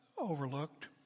Overlooked